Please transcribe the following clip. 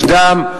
יש דם,